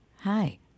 hi